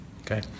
Okay